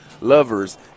lovers